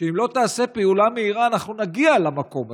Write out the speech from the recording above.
שאם לא תעשה פעולה מהירה, אנחנו נגיע למקום הזה.